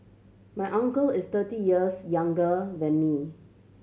my uncle is thirty years younger than me